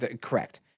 correct